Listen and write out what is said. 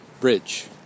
bridge